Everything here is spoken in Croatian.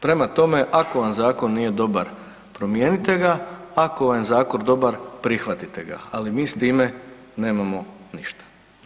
Prema tome ako vam zakon nije dobar promijenite ga, ako vam je zakon dobar prihvatite ga, ali mi s time nemamo ništa.